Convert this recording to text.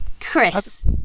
Chris